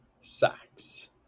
sacks